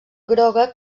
groga